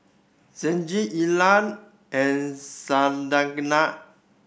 Saige Illa and Santana